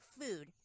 food